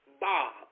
Bob